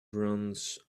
runs